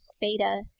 Beta